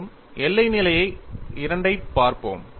மேலும் எல்லை நிலை 2 யைப் பார்ப்போம்